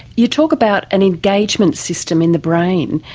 you talk about an engagement system in the brain.